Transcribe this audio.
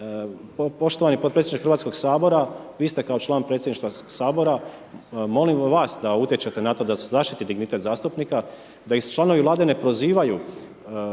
Poštovani potpredsjedniče Hrvatskog sabora vi ste kao član predsjedništva sabora, molim vas da utječete na to da se zaštiti dignitet zastupnika, da ih članovi vlade ne prozivaju,